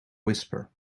whisper